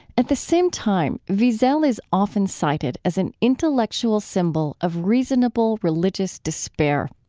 at the same time, wiesel is often cited as an intellectual symbol of reasonable religious despair.